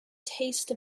taste